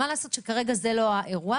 מה לעשות שכרגע זה לא האירוע.